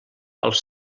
als